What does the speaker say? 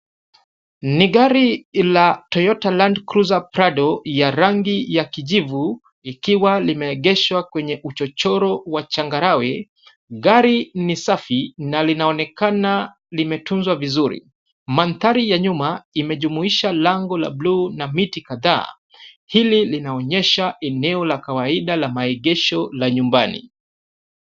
Ni gari la toyota land cruiser prado ya rangi ya kijivu ikiwa limeegeshwa kwenye vichochoro wa changarawe. Gari ni safi na linaonekana limetunzwa vizuri. Mandhari ya nyuma imejumuisha lango la buluu na miti kadhaa, hili linaonyesha eneo la kawaida la maegesho la nyumbani.